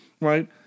right